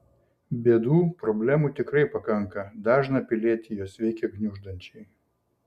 bėdų problemų tikrai pakanka dažną pilietį jos veikia gniuždančiai